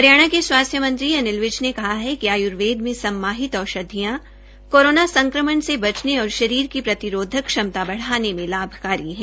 हरियाणा के स्वास्थ्य मंत्री अनिल विज ने कहा है कि आयुर्वेद सम्माहित औषधियां कोरोना संक्रमण से बचने और शरीर की प्रतिरोधक क्षमता बढ़ाने में लाभकारी है